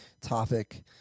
topic